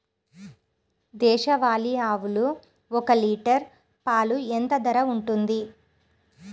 దేశవాలి ఆవులు ఒక్క లీటర్ పాలు ఎంత ధర ఉంటుంది?